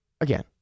Again